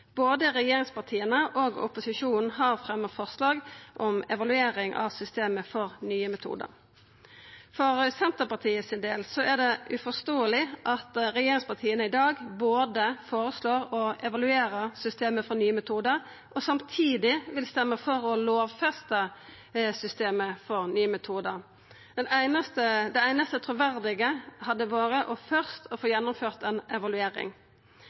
Både regjeringspartia og opposisjonen har fremja forslag om evaluering av systemet for nye metodar. For Senterpartiets del er det uforståeleg at regjeringspartia i dag både føreslår å evaluera systemet for nye metodar og samtidig vil stemma for å lovfesta systemet for nye metodar. Det einaste truverdige hadde vore først å få gjennomført ei evaluering.